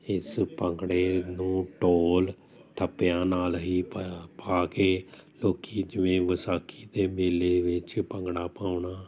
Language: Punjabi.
ਇਸ ਭੰਗੜੇ ਨੂੰ ਢੋਲ ਥੱਬਿਆਂ ਨਾਲ ਹੀ ਪਾਇਆ ਪਾ ਕੇ ਲੋਕ ਜਿਵੇਂ ਵਿਸਾਖੀ ਦੇ ਮੇਲੇ ਵਿੱਚ ਭੰਗੜਾ ਪਾਉਣਾ